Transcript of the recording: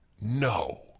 No